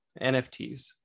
NFTs